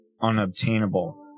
unobtainable